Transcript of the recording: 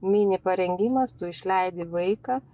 mini parengimas tu išleidi vaiką